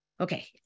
Okay